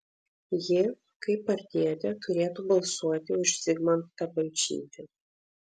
ji kaip partietė turėtų balsuoti už zigmantą balčytį